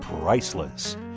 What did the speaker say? priceless